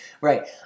Right